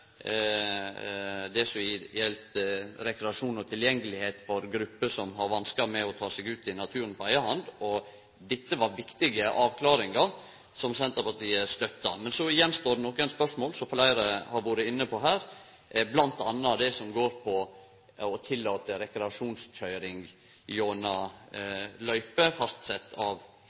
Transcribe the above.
det som gjaldt kjøring til hytte, det som gjaldt rekreasjon og tilgjengelegheit for grupper som har vanskar med å ta seg ut i naturen på eiga hand. Dette var viktige avklaringar som Senterpartiet støtta. Så står det att nokre spørsmål, som fleire har vore inne på her, m.a. det som går på å tillate rekreasjonskjøring gjennom løype fastsett av